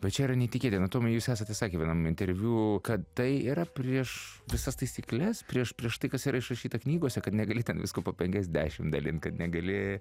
bet čia yra neįtikėtina tomai jūs esate sakę vienam interviu kad tai yra prieš visas taisykles prieš prieš tai kas yra išrašyta knygose kad negali ten visko po penkiasdešimt dalint kad negali